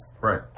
Right